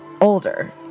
older